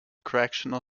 correctional